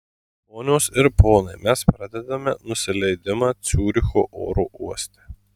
ponios ir ponai mes pradedame nusileidimą ciuricho oro uoste